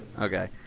okay